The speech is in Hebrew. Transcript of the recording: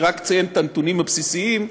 אני רק אציין את הנתונים הבסיסיים.